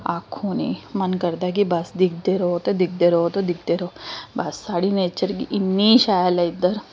आक्खो नी मन करदा कि बस दिखदे र'वो ते दिखदे र'वो ते दिखदो र'वो बस साढ़ी नेचर इ'न्नी शैल ऐ इद्धर